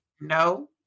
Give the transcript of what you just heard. no